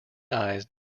eyes